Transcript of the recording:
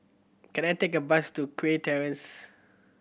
can I take a bus to Kew Terrace